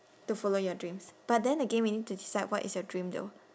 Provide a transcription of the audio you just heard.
to follow your dreams but then again we need to decide what is your dream though